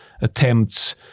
attempts